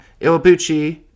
Iwabuchi